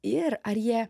ir ar jie